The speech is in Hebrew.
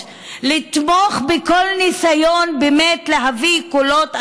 לתמוך בכל ניסיון להביא קולות אחרים,